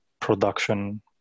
production